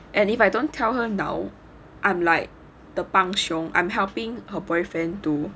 and if I don't tell her now I'm like 的帮凶 I'm helping her boyfriend too